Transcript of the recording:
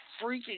freaking